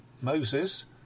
Moses